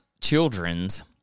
Children's